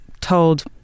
told